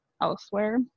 elsewhere